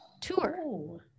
tour